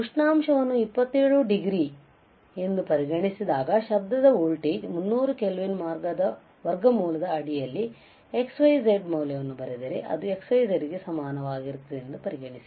ಉಷ್ಣಾಂಶವನ್ನು 27 degree ಎಂದು ಪರಿಗಣಿಸಿದಾಗ ಶಬ್ದ ವೋಲ್ಟೇಜ್ 300 ಕೆಲ್ವಿನ್ ವರ್ಗಮೂಲದ ಅಡಿಯಲ್ಲಿ x y z ಮೌಲ್ಯವನ್ನು ಬರೆದರೆ ಅದು x y z ಗೆ ಸಮನಾಗಿರುತ್ತದೆ ಎಂದು ಪರಿಗಣಿಸಿ